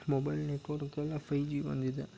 mobile network ಎಲ್ಲ five G ಬಂದಿದೆ